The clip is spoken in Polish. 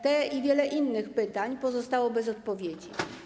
Te i wiele innych pytań pozostało bez odpowiedzi.